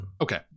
Okay